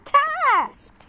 task